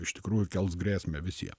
iš tikrųjų kels grėsmę visiem